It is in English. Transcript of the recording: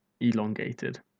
elongated